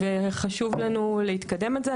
וחשוב לנו לקדם את זה.